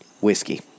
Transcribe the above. whiskey